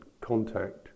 contact